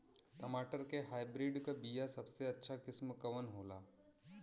टमाटर के हाइब्रिड क बीया सबसे अच्छा किस्म कवन होला?